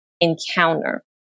encounter